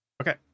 Okay